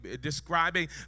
describing